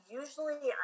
usually